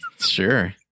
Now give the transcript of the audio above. Sure